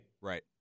Right